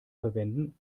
verwenden